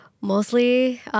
Mostly